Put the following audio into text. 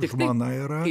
žmona yra